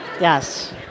Yes